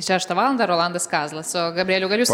šeštą valandą rolandas kazlas o gabrieliau gal jūs